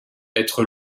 être